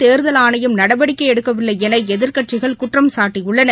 தேர்தல் ஆணையம் நடவடிக்கை எடுக்கவில்லை என எதிர்க்கட்சிகள் குற்றம் சாட்டியுள்ளன